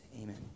amen